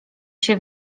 się